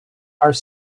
are